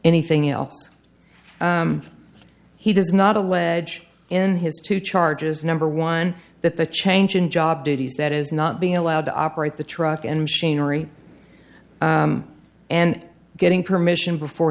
anything else he does not allege in his two charges number one that the change in job duties that is not being allowed to operate the truck and machinery and getting permission before